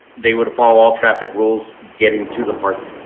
they would follow all traffic rules getting to the park.